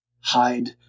hide